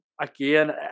again